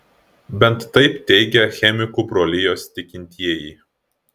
bent taip teigia chemikų brolijos tikintieji